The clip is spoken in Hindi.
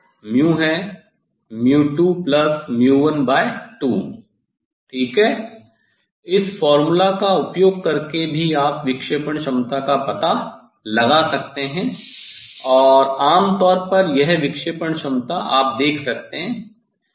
औसत है 212 ठीक है इस फार्मूला का उपयोग करके भी आप विक्षेपण क्षमता का पता लगा सकते हैं और आमतौर पर यह विक्षेपण क्षमता आप देख सकते हैं